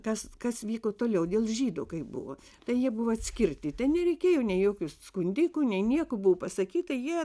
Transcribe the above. kas kas vyko toliau dėl žydų kaip buvo tai jie buvo atskirti tai nereikėjo nė jokius skundikų nei nieko buvo pasakyta jie